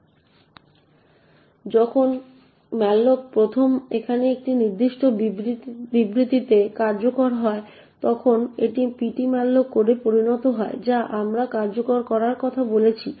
এখন যখন malloc প্রথম এখানে এই নির্দিষ্ট বিবৃতিতে কার্যকর করা হয় তখন এটি ptmalloc কোডে পরিণত হয় যা আমরা কার্যকর করার কথা বলেছি